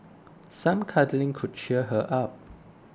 some cuddling could cheer her up